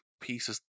pieces